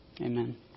Amen